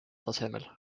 tasemel